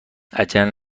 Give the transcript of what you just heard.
عجله